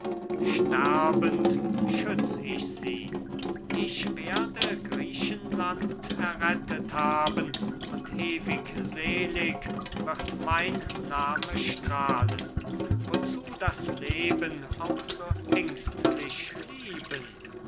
sterbend schütz ich sie ich werde griechenland errettet haben und ewig selig wird mein name strahlen wozu das leben auch so ängstlich lieben